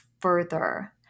Further